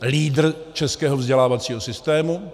Lídr českého vzdělávacího systému.